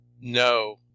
No